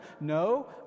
No